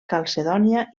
calcedònia